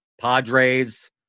Padres